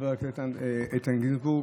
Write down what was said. חבר הכנסת איתן גינזבורג,